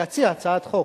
להציע הצעת חוק,